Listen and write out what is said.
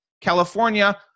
California